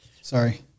Sorry